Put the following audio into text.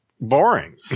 Boring